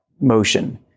motion